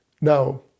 Now